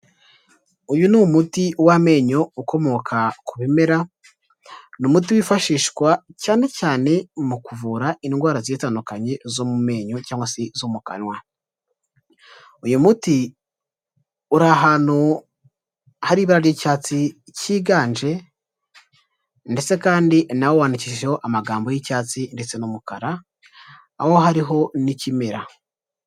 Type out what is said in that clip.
Uyu ni umuti w'amenyo ukomoka ku bimera, ni umuti wifashishwa cyane cyane mu kuvura indwara zigiye zitandukanye zo mu menyo cyangwa se zo mu kanwa. Uyu muti uri ahantu hari ibara ry'icyatsi kiganje, ndetse kandi nawo wandishijeho amagambo y'icyatsi ndetse n'umukara aho hariho n'ikimera.